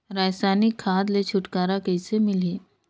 रसायनिक खाद ले छुटकारा कइसे मिलही?